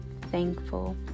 thankful